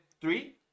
three